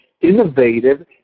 innovative